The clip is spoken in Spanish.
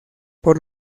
por